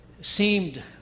seemed